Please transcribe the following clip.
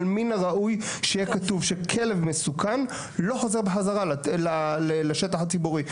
אבל מן הראוי שיהיה כתוב שכלב מסוכן לא חוזר בחזרה לשטח הציבורי.